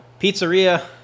Pizzeria